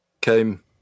came